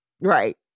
Right